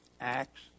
Acts